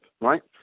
Right